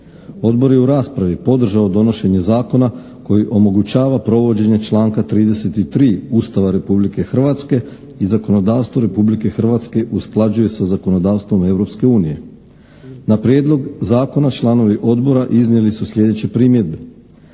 Odbor je u raspravi podržao donošenje zakona koji omogućava provođenje članka 33. Ustava Republike Hrvatske i zakonodavstvo Republike Hrvatske usklađuje sa zakonodavstvom Europske unije. Na prijedlog zakona članovi odbora iznijeli su slijedeće primjedbe.